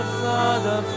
father